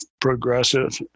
progressive